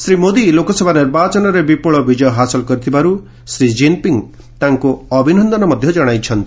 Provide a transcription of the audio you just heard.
ଶ୍ରୀ ମୋଦି ଲୋକସଭା ନିର୍ବାଚନରେ ବିପୁଳ ବିକ୍ଷୟ ହାସଲ କରିଥିବାରୁ ଶ୍ରୀ ଜିନ୍ ପିଙ୍ଗ୍ ତାଙ୍କୁ ଅଭିନନ୍ଦନ ଜଣାଇଛନ୍ତି